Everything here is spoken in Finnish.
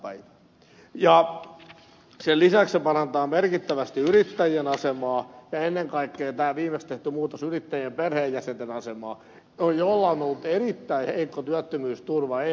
sen lisäksi se parantaa merkittävästi yrittäjien asemaa ja ennen kaikkea tämä viimeksi tehty muutos yrittäjien perheenjäsenten asemaa joilla on ollut erittäin heikko työttömyysturva ennen